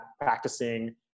practicing